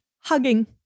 Hugging